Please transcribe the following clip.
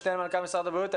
משנה למנכ"ל משרד הבריאות,